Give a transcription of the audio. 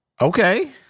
Okay